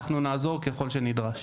אנחנו נעזור ככל שנדרש.